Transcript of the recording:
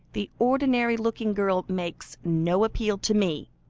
the ordinary-looking girl makes no appeal to me.